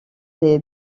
les